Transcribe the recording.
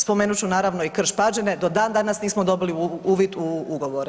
Spomenut ću naravno i Krš-Pađene do dan danas nismo dobili uvid u ugovore.